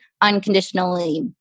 unconditionally